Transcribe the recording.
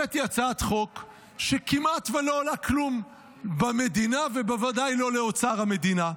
הבאתי הצעת חוק שכמעט ולא עולה כלום במדינה ובוודאי לא לאוצר המדינה: